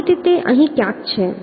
આ રીતે તે અહીં ક્યાંક છે